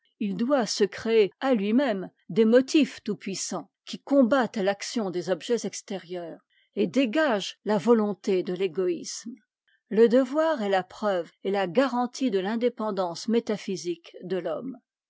il doit se créer à lui-même des motifs tout-puissants qui combattent l'action des objets extérieurs et dégagent la vo onté de l'égoïsme le devoir est la preuve et la garantie de l'indépendance métaphysique de l'homme